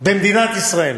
במדינת ישראל.